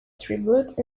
tribute